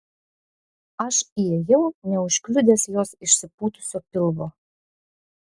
aš įėjau neužkliudęs jos išsipūtusio pilvo